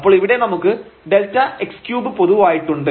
അപ്പോൾ ഇവിടെ നമുക്ക് Δx3 പൊതുവായിട്ടുണ്ട്